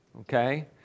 Okay